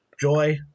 Joy